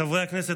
חבר הכנסת,